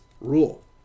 rule